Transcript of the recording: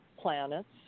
planets